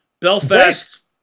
Belfast